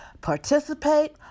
participate